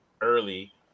early